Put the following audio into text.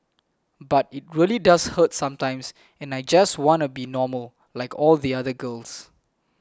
but it really does hurt sometimes and I just wanna be normal like all the other girls